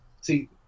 See